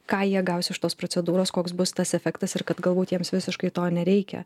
ką jie gaus iš tos procedūros koks bus tas efektas ir kad galbūt jiems visiškai to nereikia